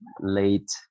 late